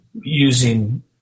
using